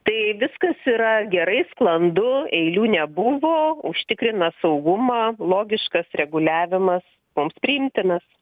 tai viskas yra gerai sklandu eilių nebuvo užtikrina saugumą logiškas reguliavimas mums priimtinas